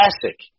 classic